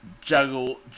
juggle